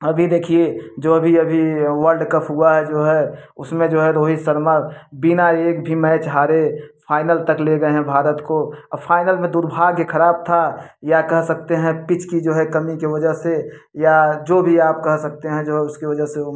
अभी देखिए जो अभी अभी वल्ड कप हुआ है जो है उसमें जो है रोहित शर्मा बिना एक भी मैच हारे फाइनल तक ले गए हैं भारत को फ़ाइनल में दुर्भाग्य खराब था या कह सकते हैं पिच की जो है कमी के वजह से या जो भी आप कह सकते हैं जो उसके वजह से वो